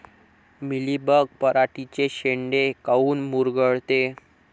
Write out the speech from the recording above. Mealybug पराटीचे चे शेंडे काऊन मुरगळते?